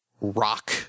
rock